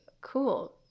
Cool